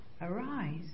arise